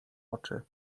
oczy